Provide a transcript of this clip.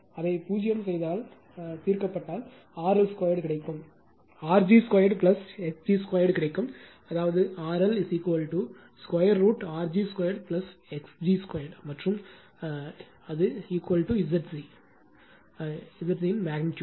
அதை 0 செய்தால் தீர்க்கப்பட்டால் RL 2 கிடைக்கும்R g 2 x g 2 கிடைக்கும் அதாவது RL√R g 2 x g 2 மற்றும் Zg இன் மெக்னிட்யூடு